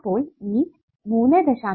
അപ്പോൾ ഈ 3